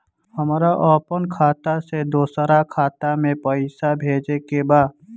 हमरा आपन खाता से दोसरा खाता में पइसा भेजे के बा